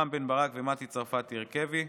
רם בן ברק ומטי צרפתי הרכבי,